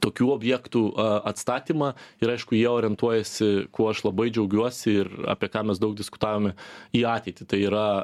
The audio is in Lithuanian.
tokių objektų a atstatymą ir aišku jie orientuojasi kuo aš labai džiaugiuosi ir apie ką mes daug diskutavome į ateitį tai yra